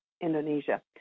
Indonesia